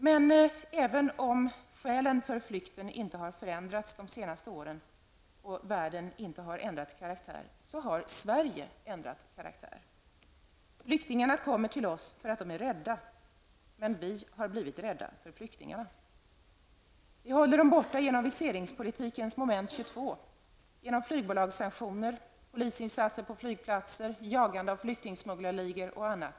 Men även om skälen för flykten inte har förändrats de senaste åren och världen inte har ändrat karaktär, har Sverige ändrat karaktär. Flyktingarna kommer till oss för att de är rädda, men vi har blivit rädda för flyktingarna. Vi håller dem borta genom viseringspolitikens moment 22, genom flygbolagssanktioner, polisinsatser på flygplatser, jakt på flyktingsmugglarligor och annat.